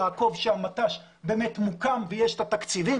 לעקוב שהמט"ש באמת מוקם ויש את התקציבים.